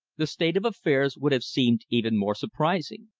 the state of affairs would have seemed even more surprising.